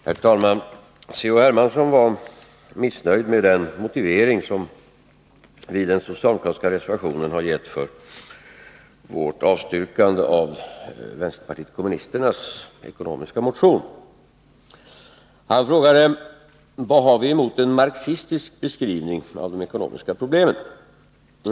Herr talman! C.-H. Hermansson var missnöjd med den motivering som vi i den socialdemokratiska reservationen har gett för vårt avstyrkande av vänsterpartiet kommunisternas ekonomiska motion. Han frågade vad vi har emot en marxistisk beskrivning av de ekonomiska problemen.